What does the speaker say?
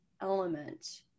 element